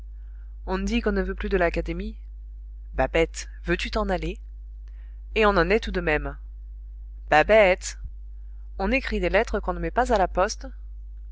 on dit qu'on ne veut plus de l'académie babette veux-tu t'en aller et on en est tout de même babette on écrit des lettres qu'on ne met pas à la poste